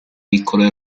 piccole